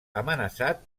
amenaçat